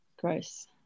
gross